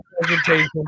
presentation